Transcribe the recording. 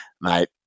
mate